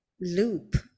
loop